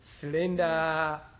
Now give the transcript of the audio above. slender